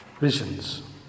Visions